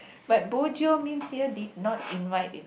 but bo jio means here did not invite you know